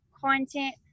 content